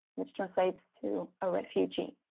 which translates to a refugee.